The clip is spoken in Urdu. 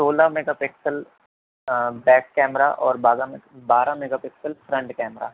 سولہ میگا پکسل بیک کیمرہ اور بارہ میگا بارہ میگا پکسل فرنٹ کیمرہ